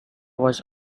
was